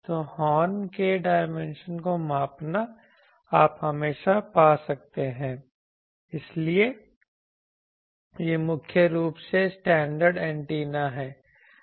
तो हॉर्न के डायमेंशन को मापना आप हमेशा पा सकते हैं इसलिए ये मुख्य रूप से स्टैंडर्ड एंटीना हैं